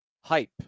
hype